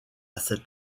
cet